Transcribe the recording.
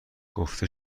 گفته